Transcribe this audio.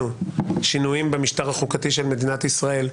שינויים במשטר החוקתי של מדינת ישראל,